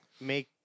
make